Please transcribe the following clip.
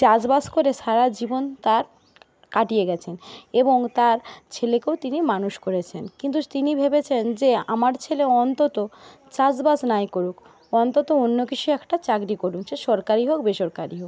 চাষবাস করে সারা জীবন তার কাটিয়ে গেছেন এবং তার ছেলেকেও তিনি মানুষ করেছেন কিন্তু তিনি ভেবেছেন যে আমার ছেলে অন্তত চাষবাস নাই করুক অন্তত অন্য কিছু একটা চাকরি করুক সে সরকারি হোক বেসরকারি হোক